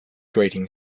grating